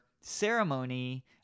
ceremony